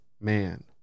man